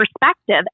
perspective